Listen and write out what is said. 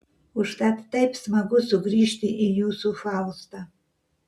užtat taip smagu sugrįžti į jūsų faustą